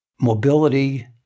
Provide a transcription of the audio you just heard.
mobility